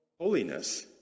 holiness